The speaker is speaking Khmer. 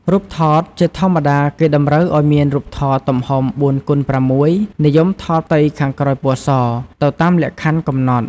រូបថត: ជាធម្មតា គេតម្រូវឲ្យមានរូបថតទំហំ ៤x៦ (និយមថតផ្ទៃខាងក្រោយពណ៌ស) ទៅតាមលក្ខខណ្ឌកំណត់។